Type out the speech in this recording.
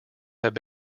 have